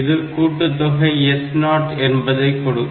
இது கூட்டுத்தொகை S0 என்பதை கொடுக்கும்